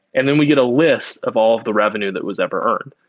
and then we get a list of all of the revenue that was ever earned.